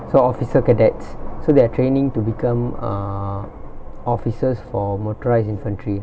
so officer cadets so they are training to become uh officers for motorised infantry